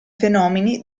fenomeni